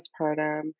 postpartum